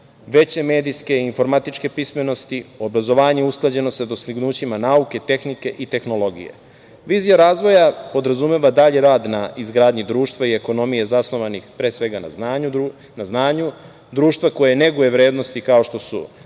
veće medijske i informatičke pismenosti, obrazovanje usklađeno sa dostignućima nauke, tehnike i tehnologije. Vizija razvoja podrazumeva dalji rad na izgradnji društva i ekonomije zasnovanih pre svega na znanju društva koje neguje vrednosti kao što su,